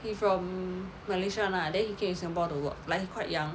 he from malaysia [one] lah then he came to singapore to work like quite young